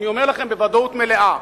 אני אומר לכם בוודאות מלאה,